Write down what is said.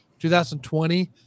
2020